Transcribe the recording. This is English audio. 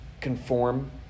Conform